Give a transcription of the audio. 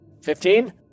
Fifteen